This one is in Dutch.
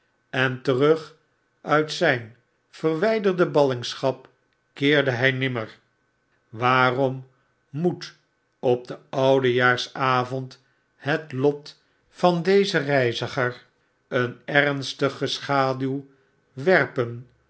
en terug uit zijn verwyxlerde ballingschap keerde hy nimmer waarotn moet op den oudejaarsavond het lot van dezen reiziger een ernstige schaduw werpen